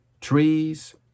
Trees